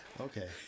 Okay